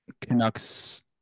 Canucks